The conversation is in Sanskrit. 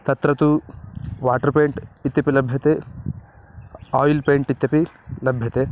तत्र तु वाट्र पेण्ट् इत्यपि लभ्यते आयिल् पेण्ट् इत्यपि लभ्यते